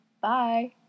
Bye